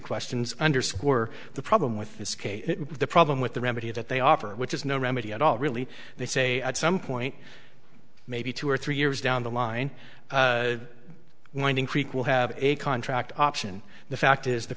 questions underscore the problem with this case the problem with the remedy that they offer which is no remedy at all really they say at some point maybe two or three years down the line winding creek will have a contract option the fact is the